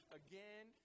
again